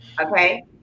Okay